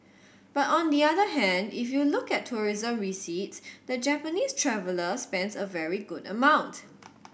but on the other hand if you look at tourism receipts the Japanese traveller spends a very good amount